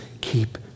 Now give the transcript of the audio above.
keep